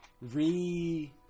re